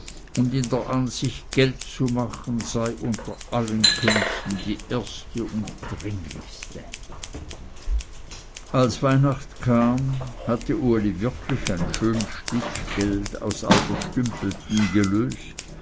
und in der ansicht geld machen sei unter allen künsten die erste und dringlichste als weihnacht kam hatte uli wirklich ein schön stück geld aus all der stümpelten gelöst